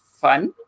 fun